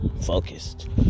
focused